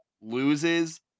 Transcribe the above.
loses